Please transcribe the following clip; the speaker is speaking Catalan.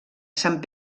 sant